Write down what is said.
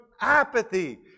apathy